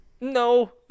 No